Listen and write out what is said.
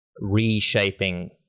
reshaping